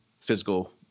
physical